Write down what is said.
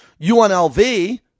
UNLV